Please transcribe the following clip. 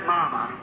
Mama